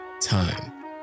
time